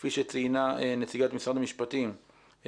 כפי שציינה נציגת משרד המשפטים,